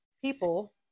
people